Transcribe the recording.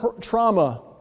trauma